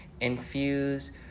infuse